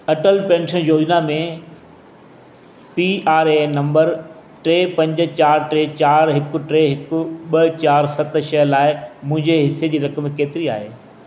Atal pension योजना में P R A N number टे पंज चारि टे चारि हिकु टे हिकु ॿ चारि सत छह लाइ मुंहिंजे हिसे जी रक़म केतिरी आहे